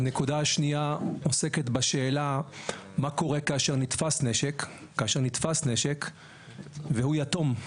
הנקודה השנייה עוסקת בשאלה מה קורה כאשר נתפס נשק והוא יתום,